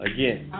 Again